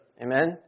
Amen